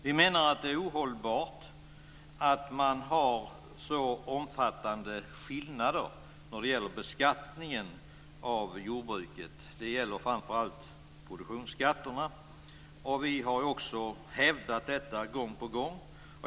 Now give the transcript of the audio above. Vi menar att det är ohållbart att ha så omfattande skillnader vad gäller beskattningen av jordbruket. Det gäller framför allt produktionsskatterna. Vi har hävdat detta gång på gång.